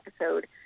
episode